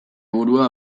burua